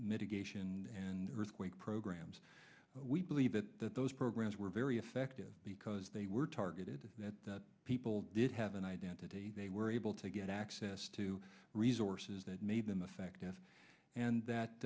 mitigation and earthquake programs we believe that those programs were very effective because they were targeted that people did have an identity they were able to get access to resources that made them affective and that